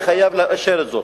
אני חייב לאשר זאת.